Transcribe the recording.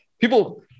people